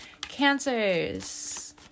Cancers